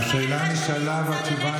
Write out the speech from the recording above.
השאלה נשאלה והתשובה